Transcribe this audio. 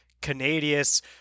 Canadius